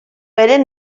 eren